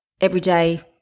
everyday